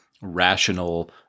Rational